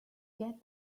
get